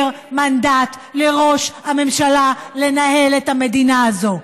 מנדט לראש הממשלה לנהל את המדינה הזאת,